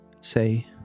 say